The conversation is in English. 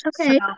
Okay